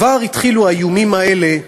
כבר התחילו האיומים האלה,